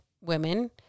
women